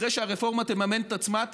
אחרי שהרפורמה תממן את עצמה,